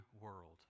world